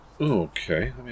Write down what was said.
Okay